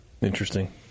Interesting